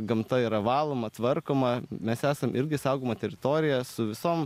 gamta yra valoma tvarkoma mes esam irgi saugoma teritorija su visom